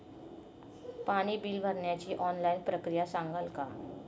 पाणी बिल भरण्याची ऑनलाईन प्रक्रिया सांगाल का?